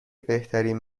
بهترین